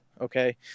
okay